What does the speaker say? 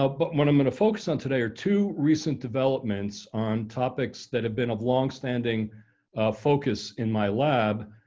ah but what i'm going to focus on today are two recent developments on topics that have been a long standing danielschacter focus in my lab.